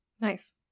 Nice